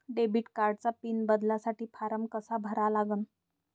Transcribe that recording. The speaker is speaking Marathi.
डेबिट कार्डचा पिन बदलासाठी फारम कसा भरा लागन?